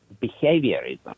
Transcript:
behaviorism